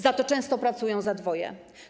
Za to często pracują za dwoje.